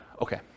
Okay